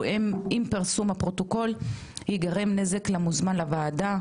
או אם פרסום הפרוטוקול ייגרם נזק למוזמן לוועדה,